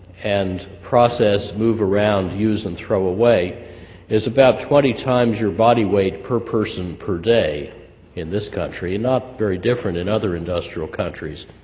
and process, move around, use and throw away is about twenty times your body weight per person per day in this country, and not very different in other industrial countries.